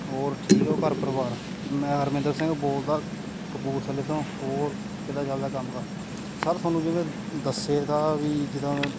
ਹੋਰ ਠੀਕ ਹੋ ਘਰ ਪਰਿਵਾਰ ਮੈਂ ਹਰਮਿੰਦਰ ਸਿੰਘ ਬੋਲਦਾਂ ਕਪੂਰਥਲੇ ਤੋਂ ਹੋਰ ਕਿੱਦਾਂ ਚੱਲਦਾ ਕੰਮ ਕਾਰ ਸਰ ਤੁਹਾਨੂੰ ਜਿਵੇਂ ਦੱਸਿਆ ਤਾ ਵੀ ਜਿੱਦਾਂ ਮੈਂ